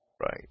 Right